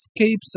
escapes